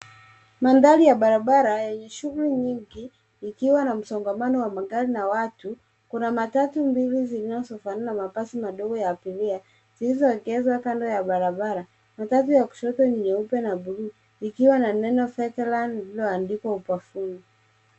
Maandari ya barabara enye shughuli nyingi, ikiwa na mzongamano wa magari na watu. Kuna matatu mbili zinanazofanana na mabasi madogo ya abiria zilizoegeshwa kando ya barabara. Matatu ya koshoto ni nyeupe na bluu ikiwa na neno Veterant lililoandikwa ubafuni.